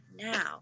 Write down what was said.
now